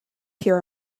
here